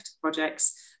projects